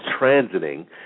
transiting